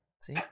See